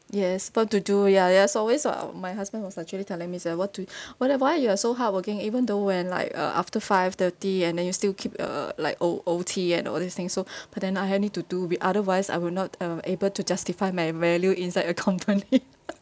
yes what to do ya there's always [what] my husband was actually telling me he said what to wonder why you are so hardworking even though when like uh after five thirty and then you still keep uh like O O_T and all this thing so but then I I need to do be otherwise I will not um able to justify my value inside a company